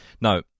Now